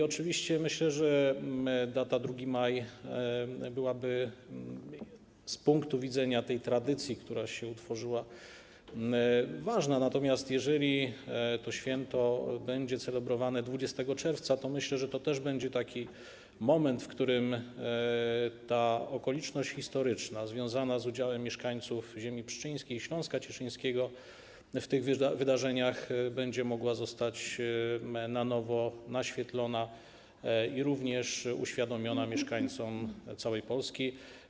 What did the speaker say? Oczywiście myślę, że data 2 maja byłaby z punktu widzenia tej tradycji, która się ukształtowała, ważna, natomiast jeżeli to święto będzie celebrowane 20 czerwca, to myślę, że też będzie to taki moment, w którym ta okoliczność historyczna związana z udziałem mieszkańców ziemi pszczyńskiej, Śląska Cieszyńskiego w tych wydarzeniach będzie mogła zostać na nowo naświetlona i uświadomiona mieszkańcom całej Polski.